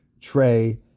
Trey